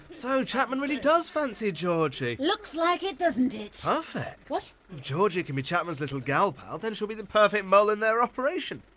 so, chapman really does fancy georgie. looks like it, doesn't it? so ah perfect! what? if georgie can be chapman's little gal pal, then she'll be the perfect mole in his operation!